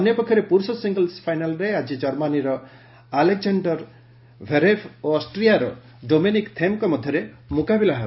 ଅନ୍ୟପକ୍ଷରେ ପୁରୁଷ ସିଙ୍ଗିଲ୍ସ ଫାଇନାଲରେ ଆଜି କର୍ମାନୀର ଆଲେକଜାଶ୍ଡାର ଭେରେଭ୍ ଓ ଅଷ୍ଟ୍ରିଆର ଡୋମିନିକ୍ ଥେମ୍ଙ୍କ ମଧ୍ୟରେ ମୁକାବିଲା ହେବ